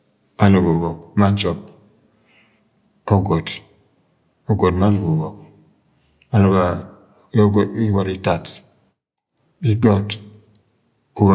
Anugo ubọk ma chop. ọgọt. ọgọt ma anugo ubọk anugo-a- iyu guri itat itat wa